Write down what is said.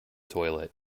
toilet